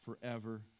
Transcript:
forever